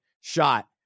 shot